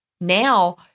now